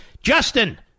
Justin